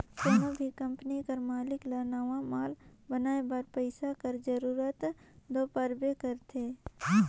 कोनो भी कंपनी कर मालिक ल नावा माल बनाए बर पइसा कर जरूरत दो परबे करथे